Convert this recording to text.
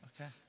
okay